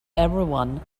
everyone